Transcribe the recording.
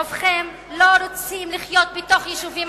רובכם לא רוצים לחיות בתוך יישובים